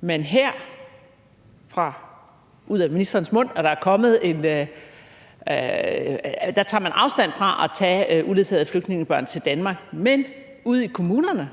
man her – det kommer fra ministerens egen mund – tager afstand fra at tage uledsagede flygtningebørn til Danmark, mens vi ude i kommunerne